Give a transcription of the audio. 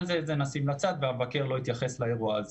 אבל את זה נשים בצד, והמבקר לא התייחס לאירוע הזה.